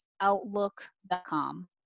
outlook.com